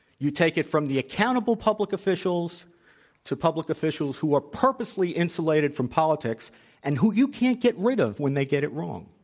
you take it from the accountable public officials to public officials who are purposely insulated from politics and who you can't get rid of when they get it wrong.